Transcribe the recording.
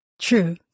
True